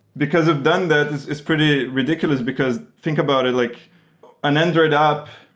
because we've done that, it's pretty ridiculous, because think about it. like an android app,